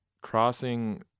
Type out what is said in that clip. crossing